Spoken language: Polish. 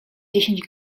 dziesięć